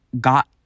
got